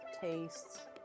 tastes